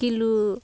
kilo